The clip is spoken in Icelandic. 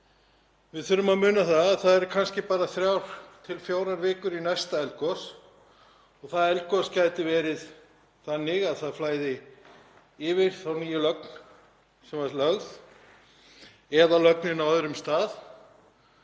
Við þurfum að muna að það eru kannski þrjár til fjórar vikur í næsta eldgos og það eldgos gæti verið þannig að það flæði yfir nýju lögnina sem var lögð eða lögnina á öðrum stað